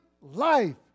life